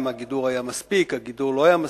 אם הגידור היה מספיק, הגידור לא היה מספיק.